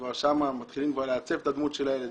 כבר שם מתחילים לעצב את הדמות של הילד,